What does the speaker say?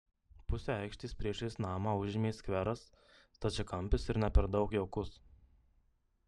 pusę aikštės priešais namą užėmė skveras stačiakampis ir ne per daug jaukus